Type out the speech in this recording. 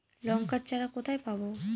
লঙ্কার চারা কোথায় পাবো?